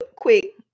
quick